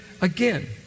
again